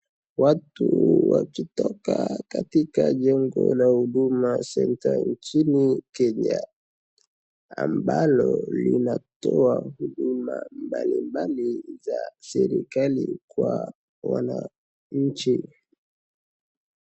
Watu wakitoka katika jengo la Huduma Center nchini Kenya ambalo linatoa huduma mbalimbali za serikali kwa wananchi.